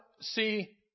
see